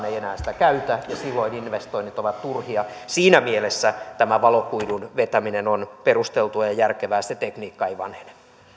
ei enää sitä käytä silloin investoinnit ovat turhia siinä mielessä tämä valokuidun vetäminen on perusteltua ja järkevää se tekniikka ei vanhene